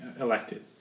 elected